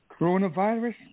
coronavirus